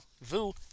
Vu